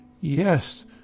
Yes